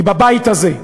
היא בבית הזה.